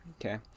okay